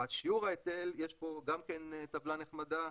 שיעור ההיטל, יש פה גם כן טבלה נחמדה,